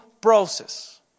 process